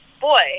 boy